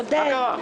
מה קרה?